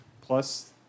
plus